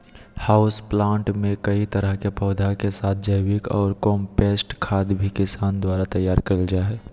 house plant मे कई तरह के पौधा के साथ जैविक ऑर कम्पोस्ट खाद भी किसान द्वारा तैयार करल जा हई